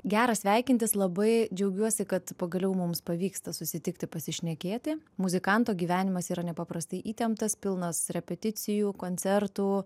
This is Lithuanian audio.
gera sveikintis labai džiaugiuosi kad pagaliau mums pavyksta susitikti pasišnekėti muzikanto gyvenimas yra nepaprastai įtemptas pilnas repeticijų koncertų